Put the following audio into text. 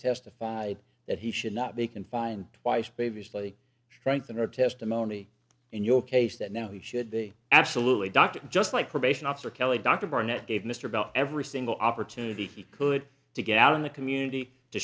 testified that he should not be confined twice previously strengthen her testimony in your case that now he should be absolutely dr just like probation officer kelly dr barnett gave mr bell every single opportunity he could to get out in the community to